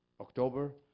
October